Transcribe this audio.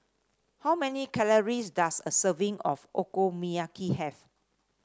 how many calories does a serving of Okonomiyaki have